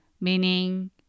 meaning